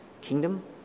kingdom